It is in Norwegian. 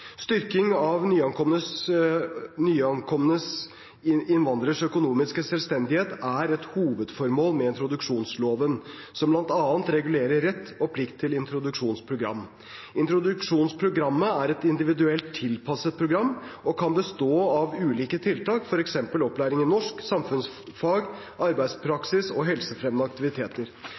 Styrking av nyankomne innvandreres økonomiske selvstendighet er et hovedformål med introduksjonsloven, som bl.a. regulerer rett og plikt til introduksjonsprogram. Introduksjonsprogrammet er et individuelt tilpasset program og kan bestå av ulike tiltak, f.eks. opplæring i norsk, samfunnskunnskap, arbeidspraksis og helsefremmende aktiviteter.